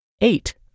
eight